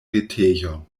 retejon